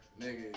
Nigga